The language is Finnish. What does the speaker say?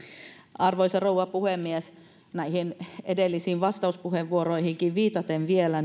arvoisa rouva puhemies näihin edellisiin vastauspuheenvuoroihinkin vielä